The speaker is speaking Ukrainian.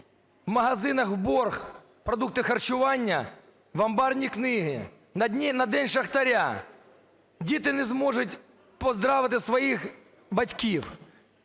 в магазинах в борг продукти харчування в амбарні книги на День шахтаря. Діти не зможуть поздоровити своїх батьків.